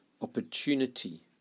opportunity